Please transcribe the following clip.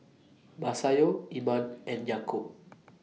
Masayu Iman and Yaakob